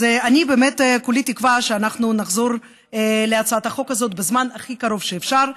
אז כולי תקווה שאנחנו נחזור להצעת החוק הזאת בזמן הכי קרוב שאפשר.